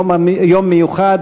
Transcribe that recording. יום מיוחד,